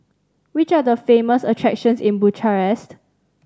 which are the famous attractions in Bucharest